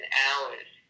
hours